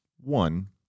one